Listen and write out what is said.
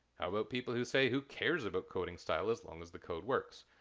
how about people who say, who cares about coding style as long as the code works.